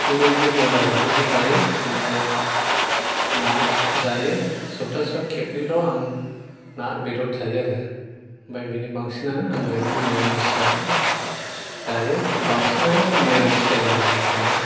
बेबादिनो ब्रइलार बेदरल' जायो ओमफाय ना जायो सबथासेयाव खेबनैल' आं ना बेदर जायो आरो आमफ्राय बेनि बांसिनानो आङो इदिनो मिरामिसजोंहाय जायो बांसिनानो मिरामिस जायो आंने जानाया